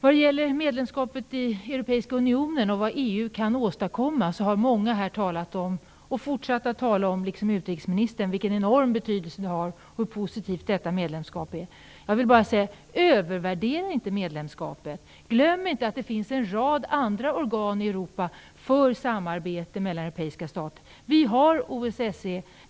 Vad gäller medlemskapet i Europeiska unionen och vad EU kan åstadkomma har många här liksom utrikesministern här talat och fortsatt att tala om vilken enorm betydelse detta har och hur positivt medlemskapet är. Jag vill bara säga: Övervärdera inte medlemskapet! Glöm inte att det finns en rad andra organ för samarbete mellan europeiska stater!